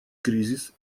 кризис